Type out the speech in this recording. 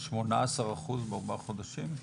18% בארבעה חודשים?